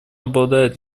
обладает